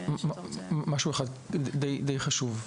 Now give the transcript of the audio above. די חשוב.